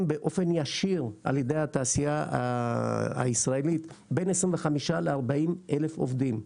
באופן ישיר על ידי התעשייה הישראלית 25,000-40,000 עובדים.